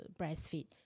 breastfeed